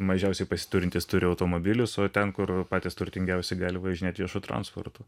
mažiausiai pasiturintys turi automobilius o ten kur patys turtingiausi gali važinėti viešu transportu